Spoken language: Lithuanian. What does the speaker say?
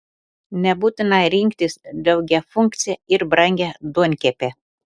nebūtina rinktis daugiafunkcę ir brangią duonkepę